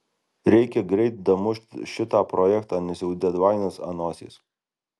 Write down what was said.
reikia greit damušt šitą projektą nes jau dedlainas ant nosies